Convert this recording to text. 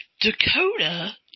Dakota